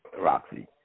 roxy